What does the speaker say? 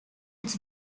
its